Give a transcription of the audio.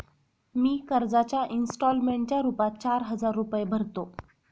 मी कर्जाच्या इंस्टॉलमेंटच्या रूपात चार हजार रुपये भरतो